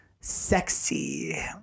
Sexy